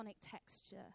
texture